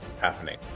happening